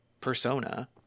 persona